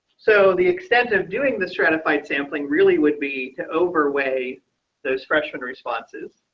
so the extent of doing the stratified sampling really would be to overweigh those freshmen responses.